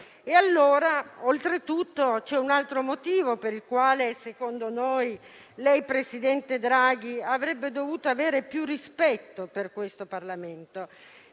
molto, molto forte. C'è un altro motivo per il quale, secondo noi, lei, presidente Draghi, avrebbe dovuto avere più rispetto per il Parlamento.